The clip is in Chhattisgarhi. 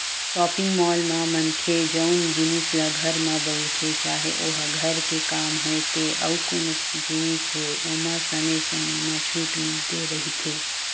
सॉपिंग मॉल म मनखे जउन जिनिस ल घर म बउरथे चाहे ओहा घर के काम होय ते अउ कोनो जिनिस होय ओमा समे समे म छूट मिलते रहिथे